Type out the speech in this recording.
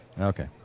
Okay